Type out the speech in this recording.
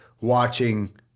watching